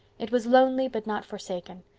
it was lonely but not forsaken.